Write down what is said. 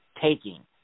taking